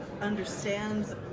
understands